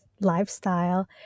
lifestyle